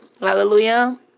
Hallelujah